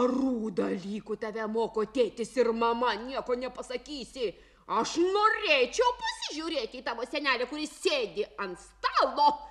gerų dalykų tave moko tėtis ir mama nieko nepasakysi aš norėčiau pasižiūrėti į tavo senelę kuri sėdi ant stalo